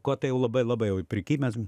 ko tai jau labai labai jau prikimęs